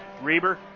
Reber